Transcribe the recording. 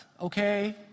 Okay